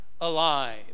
alive